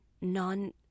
Non-